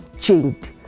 changed